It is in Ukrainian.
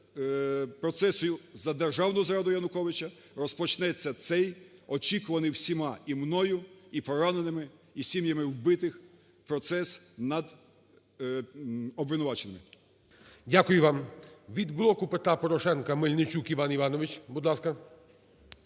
Дякую вам. Від "Блоку Петра Порошенка" Мельничук Іван Іванович, будь ласка